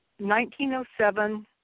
1907